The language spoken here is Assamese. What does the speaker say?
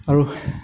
আৰু